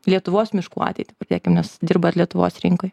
lietuvos miškų ateitį pradėkim nes dirbat lietuvos rinkoje